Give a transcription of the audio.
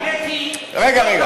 האמת היא שעם כל הכבוד,